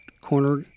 corner